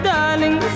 Darling